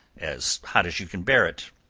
as hot as you can bear it,